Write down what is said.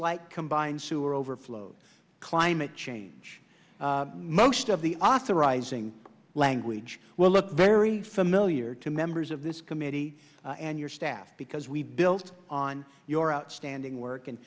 like combined sewer overflows climate change most of the authorizing language will look very familiar to members of this committee and your staff because we built on your outstanding work and